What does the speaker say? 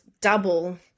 double